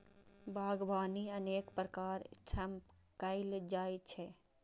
बागवानी अनेक प्रकार सं कैल जाइ छै